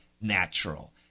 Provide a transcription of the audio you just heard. natural